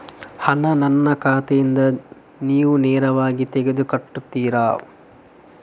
ಹಣ ನನ್ನ ಖಾತೆಯಿಂದ ನೀವು ನೇರವಾಗಿ ತೆಗೆದು ಕಟ್ಟುತ್ತೀರ?